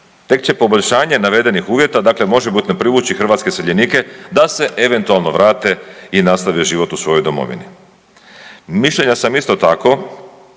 Tek će poboljšanje navedenih uvjeta, dakle možebitno privući hrvatske iseljenike da se eventualno vrate i nastave život u svojoj domovini. Mišljenja sam, isto tako,